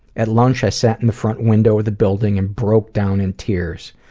at lunch i sat in the front window of the building and broke down in tears.